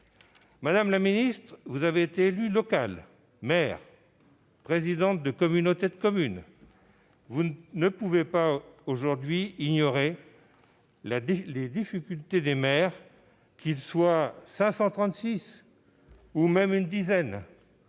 Madame la ministre, vous avez été élue locale, maire, présidente de communauté de communes. Vous ne pouvez donc pas aujourd'hui ignorer les difficultés des maires, qu'ils soient 536 ou même une dizaine.